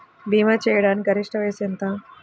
భీమా చేయాటానికి గరిష్ట వయస్సు ఎంత?